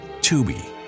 Tubi